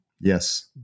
Yes